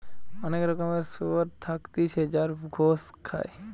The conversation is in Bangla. অনেক রকমের শুয়োর থাকতিছে যার গোস খায়